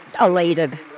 elated